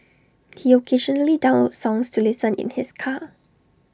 he occasionally downloads songs to listen in his car